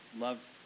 love